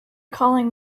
calling